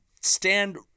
stand